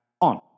on